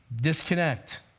disconnect